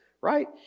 right